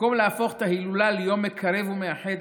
במקום להפוך את ההילולה ליום מקרב ומאחד,